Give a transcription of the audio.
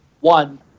One